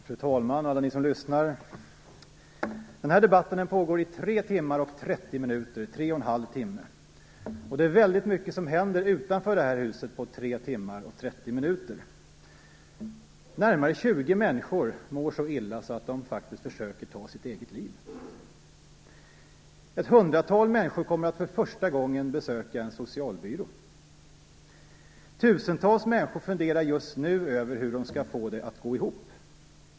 Fru talman! Alla ni som lyssnar! Den här debatten pågår i tre timmar och trettio minuter. Det är väldigt mycket som händer utanför detta hus på den tiden. Närmare 20 människor mår så illa att de försöker ta sitt eget liv. Ett hundratal människor kommer att för första gången besöka en socialbyrå. Tusentals människor funderar just nu över hur de skall få det att gå ihop.